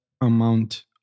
amount